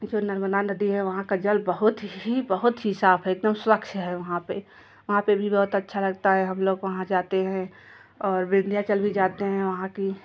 जो नर्मदा नदी है वहाँ का जल बहुत ही बहुत ही साफ़ है एकदम स्वच्छ है वहाँ पे वहाँ पे भी बहौत अच्छा लगता है हम लोग वहाँ जाते हैं और विंध्याचल भी जाते हैं वहाँ की